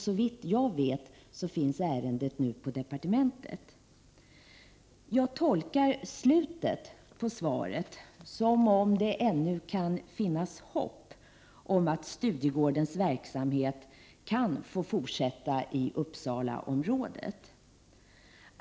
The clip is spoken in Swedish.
Såvitt jag vet finns ärendet nu på departementet. Jag tolkar slutet på svaret som att det ännu kan finnas hopp om att Studiegårdens verksamhet kan få fortsätta i Uppsalaområdet.